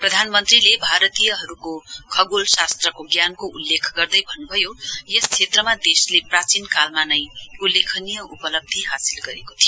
प्रधानमन्त्री ले भारतीयहरुको खगोल शास्त्रको ज्ञानको उल्लेख गर्दै भन्नभयो यस क्षेत्रमा देशले प्राचीनकालमा नै उल्लेखनीय उपलब्धी हासिल गरेको थियो